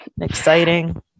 Exciting